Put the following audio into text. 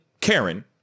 Karen